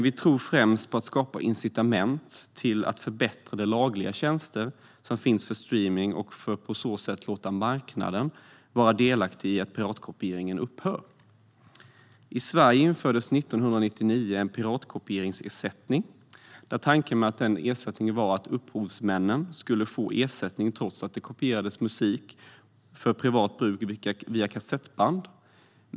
Vi tror dock främst på att skapa incitament för att förbättra de lagliga tjänster som finns för streamning och på så sätt låta marknaden vara delaktig i att piratkopieringen upphör. I Sverige infördes 1999 en privatkopieringsersättning. Tanken med denna ersättning var att upphovsmännen skulle få ersättning trots att det via kassettband kopierades musik för privat bruk.